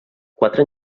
quatre